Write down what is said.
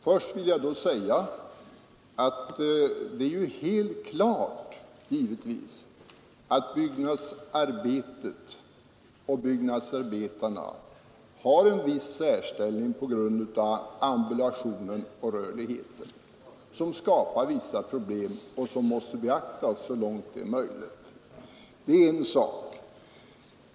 Först vill jag då säga att det givetvis är helt klart att byggnadsarbetet och byggnadsarbetarna har en viss särställning på grund av ambulationen och rörligheten som skapar vissa problem som måste beaktas så långt det är möjligt. Det är en sak.